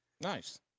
Nice